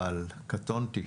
אבל קטונתי.